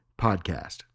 Podcast